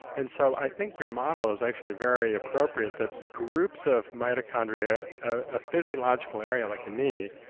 and so i think your model is actually very appropriate that groups of mitochondria, a physiological area like a knee,